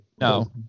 no